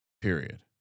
Period